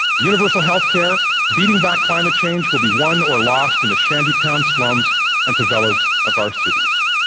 universal healthcare, beating back climate change, will be won or lost in the shantytowns, slums and favelas of our cities.